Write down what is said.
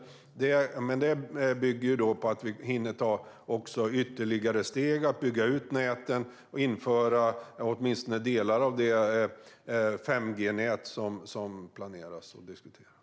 Det bygger på att vi hinner ta ytterligare steg för att bygga ut näten och införa åtminstone delar av det 5G-nät som planeras och diskuteras.